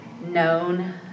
known